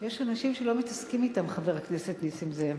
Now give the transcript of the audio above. יש אנשים שלא מתעסקים אתם, חבר הכנסת נסים זאב.